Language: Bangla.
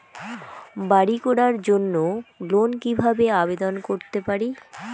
বাড়ি করার জন্য লোন কিভাবে আবেদন করতে পারি?